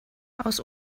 aus